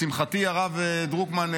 לשמחתי הרב דרוקמן,